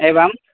एवं